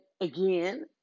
again